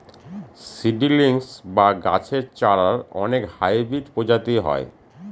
seedlings বা গাছের চারার অনেক হাইব্রিড প্রজাতি হয়